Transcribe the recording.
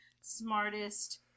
smartest